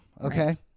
okay